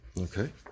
Okay